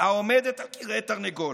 העומדת על כרעי תרנגולת.